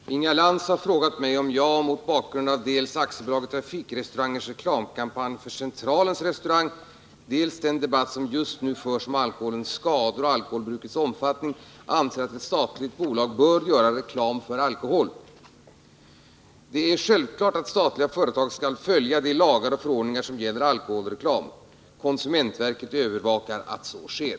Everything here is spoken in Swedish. Herr talman! Inga Lantz har frågat mig om jag, mot bakgrund av dels AB Trafikrestaurangers reklamkampanj för Centralens restaurang, dels den debatt som just nu förs om alkoholens skador och alkoholbrukets omfattning, anser att ett statligt bolag bör göra reklam för alkohol. Det är självklart att statliga företag skall följa de lagar och förordningar som gäller alkoholreklam. Konsumentverket övervakar att så sker.